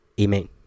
Amen